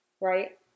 right